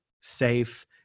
safe